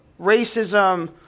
racism